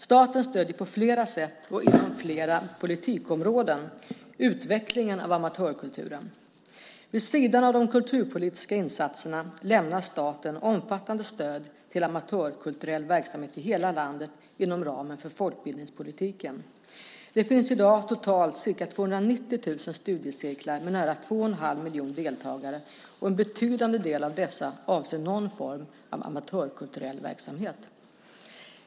Staten stöder på flera sätt, och inom flera politikområden, utvecklingen av amatörkulturen. Vid sidan av de kulturpolitiska insatserna lämnar staten omfattande stöd till amatörkulturell verksamhet i hela landet inom ramen för folkbildningspolitiken. Det finns i dag totalt ca 290 000 studiecirklar med nära två och en halv miljon deltagare, och en betydande del av dessa avser någon form av amatörkulturell verksamhet.